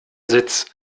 sitz